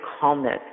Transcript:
calmness